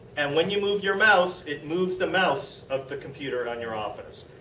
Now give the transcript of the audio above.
and when you move your mouse it moves the mouse of the computer on your office.